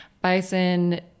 Bison